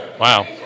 Wow